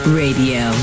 radio